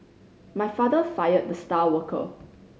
my father fired the star worker